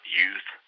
youth